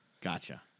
Gotcha